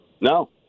No